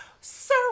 sir